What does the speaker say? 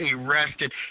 arrested